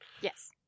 Yes